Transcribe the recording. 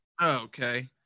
Okay